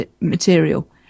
material